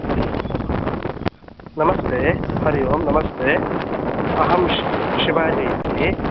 हरि ओं नमस्ते हरि ओं नमस्ते अहं शिवाजि इति